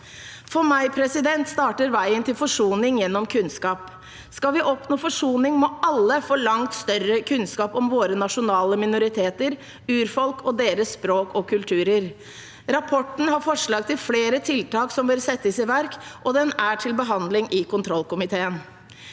For meg starter veien til forsoning gjennom kunnskap. Skal vi oppnå forsoning, må alle få langt større kunnskap om våre nasjonale minoriteter, urfolk og deres språk og kulturer. Rapporten har forslag til flere tiltak som bør settes i verk, og den er til behandling i kontrollkomiteen.